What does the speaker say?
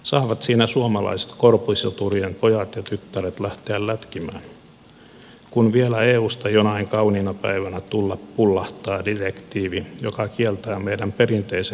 saavat siinä suomalaiset korpisoturien pojat ja tyttäret lähteä lätkimään kun vielä eusta jonain kauniina päivänä tulla pullahtaa direktiivi joka kieltää meidän perinteiset jokamiehenoikeutemme